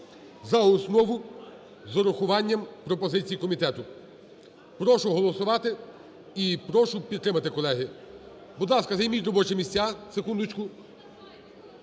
за основу з урахуванням пропозицій комітету. Прошу голосувати. І прошу підтримати, колеги. Будь ласка, займіть робочі місця.